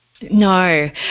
No